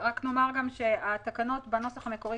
רק נאמר שהתקנות בנוסח המקורי,